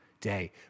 day